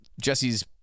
Jesse's